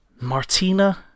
martina